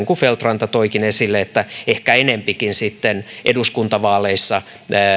kuin feldt ranta toikin esille ehkä enempikin sitten eduskuntavaaleissa